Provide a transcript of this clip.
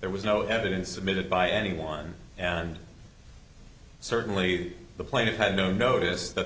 there was no evidence submitted by anyone and certainly the plaintiff had no notice that